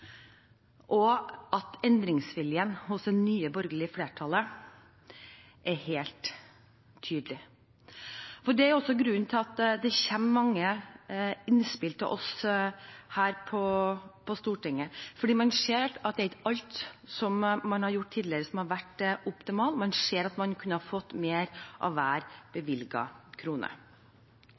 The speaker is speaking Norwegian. og at endringsviljen hos det nye borgerlige flertallet er helt tydelig. Det er også grunnen til at det kommer mange innspill til oss her på Stortinget. Man ser at det ikke er alt man har gjort tidligere, som har vært optimalt. Man ser at man kunne fått mer ut av hver bevilget krone.